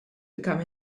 become